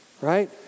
Right